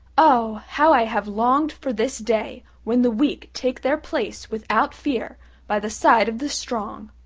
oh! how i have longed for this day when the weak take their place without fear by the side of the strong!